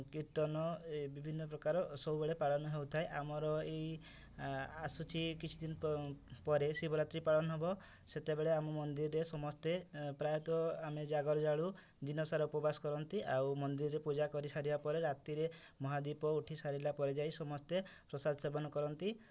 କୀର୍ତ୍ତନ ବିଭିନ୍ନ ପ୍ରକାର ସବୁବେଳେ ପାଳନ ହେଉଥାଏ ଆମର ଏଇ ଆସୁଛି କିଛିଦିନ ପରେ ଶିବରାତ୍ରି ପାଳନ ହେବ ସେତେବେଳେ ଆମ ମନ୍ଦିରରେ ସମସ୍ତେ ପ୍ରାୟତଃ ଆମେ ଜାଗର ଜାଳୁ ଦିନସାରା ଉପବାସ କରନ୍ତି ଆଉ ମନ୍ଦିରରେ ପୂଜା କରିସାରିବା ପରେ ରାତିରେ ମହାଦୀପ ଉଠିସାରିଲା ପରେ ଯାଇ ସମସ୍ତେ ପ୍ରସାଦ ସେବନ କରନ୍ତି